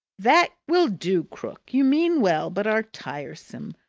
that will do, krook. you mean well, but are tiresome.